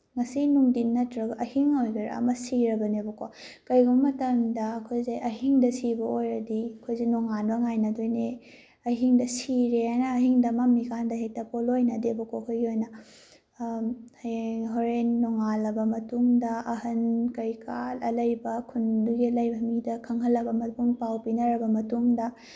ꯉꯁꯤ ꯅꯨꯡꯗꯤꯟ ꯅꯠꯇ꯭ꯔꯒ ꯑꯍꯤꯡ ꯑꯣꯏꯒꯦꯔꯥ ꯑꯃ ꯁꯤꯔꯕꯅꯦꯕꯀꯣ ꯀꯩꯒꯨꯝꯕ ꯃꯇꯝꯗ ꯑꯩꯈꯣꯏꯁꯦ ꯑꯍꯤꯡꯗ ꯁꯤꯕ ꯑꯣꯏꯔꯗꯤ ꯑꯩꯈꯣꯏꯁꯦ ꯅꯣꯡꯉꯥꯟꯕ ꯉꯥꯏꯅꯗꯣꯏꯅꯦ ꯑꯍꯤꯡꯗ ꯁꯤꯔꯦꯅ ꯑꯍꯤꯡꯗ ꯃꯝꯃꯤꯀꯥꯟꯗ ꯍꯦꯛꯇ ꯄꯣꯂꯣꯏꯅꯗꯦꯕꯀꯣ ꯑꯩꯈꯣꯏꯒꯤ ꯑꯣꯏꯅ ꯍꯌꯦꯡ ꯍꯣꯔꯦꯟ ꯅꯣꯡꯉꯥꯜꯂꯕ ꯃꯇꯨꯡꯗ ꯑꯍꯟ ꯀꯩꯀꯥ ꯑꯂꯩꯕ ꯈꯨꯟꯗꯨꯒꯤ ꯑꯂꯩꯕ ꯃꯤꯗ ꯈꯪꯍꯟꯂꯕ ꯃꯇꯨꯡ ꯄꯥꯎ ꯄꯤꯅꯔꯕ ꯃꯇꯨꯡꯗ